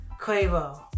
Quavo